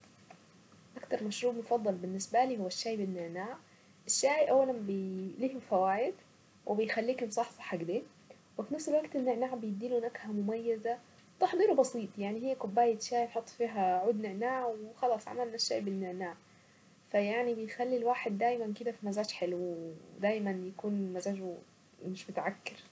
اكتر نوع متاحف مفضل بالنسبة لي هو المتاحف الاثرية علشان بحس اني رجعت بالزمن كده لورا احب اتعرف على تاريخنا وارجع لوقت انا ما كنتش موجودة فيه تفاصيل كتيرة ونقوش وحكايات واماكن شهدت انتصارات وحاجات كتيرة جدا بتخليني مستمتعة.